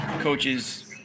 coaches